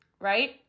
right